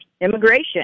Immigration